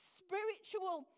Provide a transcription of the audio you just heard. spiritual